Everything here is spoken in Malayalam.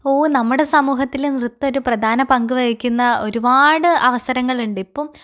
ഓ നമ്മുടെ സഹൂഹത്തില് നൃത്തം ഒര് പ്രധാന പങ്കുവഹിക്കുന്ന ഒരുപാട് അവസരങ്ങള് ഉണ്ട് ഇപ്പം